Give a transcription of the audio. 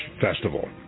Festival